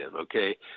okay